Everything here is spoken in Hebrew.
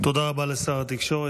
תודה רבה לשר התקשורת.